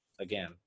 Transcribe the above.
again